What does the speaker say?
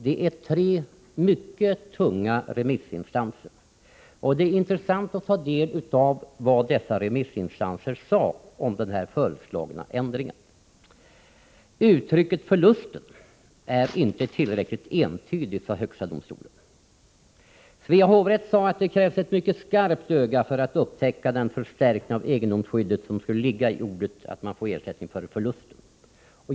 Det är tre tunga remissinstanser, och det är intressant att ta del av vad dessa sade om den föreslagna ändringen. Uttrycket ”förlusten” är inte tillräckligt entydigt, sade högsta domstolen. Svea hovrätt sade att det krävs ett mycket skarpt öga för att upptäcka den förstärkning av egendomsskyddet som skulle ligga i orden att man får ersättning ”för förlusten”.